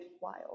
wild